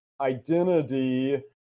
identity